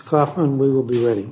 kaufman we will be ready